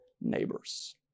neighbors